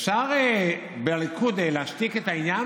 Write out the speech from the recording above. אפשר בליכוד להשתיק את העניין?